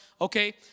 okay